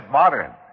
modern